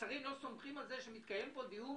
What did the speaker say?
השרים לא סומכים על זה שמתקיים פה דיון